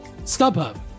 StubHub